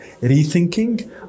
rethinking